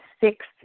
six